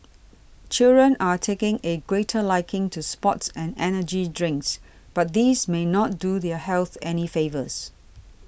children are taking a greater liking to sports and energy drinks but these may not do their health any favours